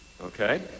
Okay